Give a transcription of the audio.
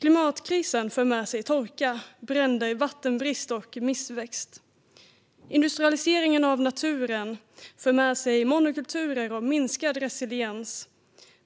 Klimatkrisen för med sig torka, bränder, vattenbrist och missväxt. Industrialiseringen av naturen för med sig monokulturer och minskad resiliens,